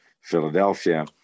Philadelphia